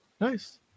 Nice